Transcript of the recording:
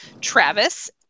Travis